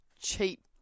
cheap